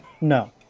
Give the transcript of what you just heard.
no